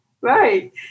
Right